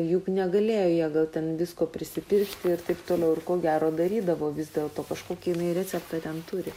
juk negalėjo jie gal ten visko prisipirkti ir taip toliau ir ko gero darydavo vis dėlto kažkokį receptą ten turi